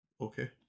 Okay